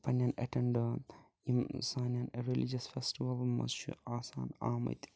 پنٛنٮ۪ن اٮ۪ٹٮ۪نٛڈٲن یِم سانٮ۪ن ریٚلِجَس فٮ۪سٹِوَلَن مَنٛز چھِ آسان آمٕتۍ